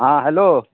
हाँ हेलो